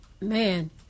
man